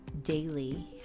daily